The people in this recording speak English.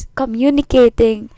communicating